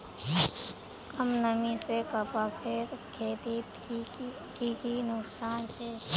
कम नमी से कपासेर खेतीत की की नुकसान छे?